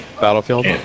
Battlefield